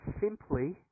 simply